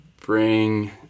bring